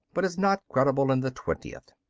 but is not credible in the twentieth.